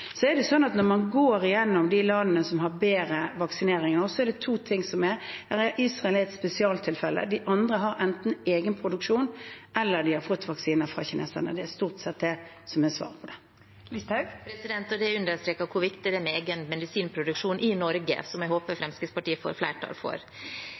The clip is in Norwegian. Når man går igjennom de landene som har bedre vaksinering, er det to ting: Israel er et spesialtilfelle, og de andre har enten egen produksjon eller har fått vaksiner fra kineserne. Det er stort sett det som er svaret. Det understreker hvor viktig egen medisinproduksjonen i Norge er, noe som jeg håper